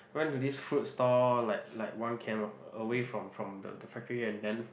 went to this fruit store like like one k_m a a away from from the the factory and then